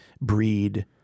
breed